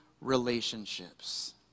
relationships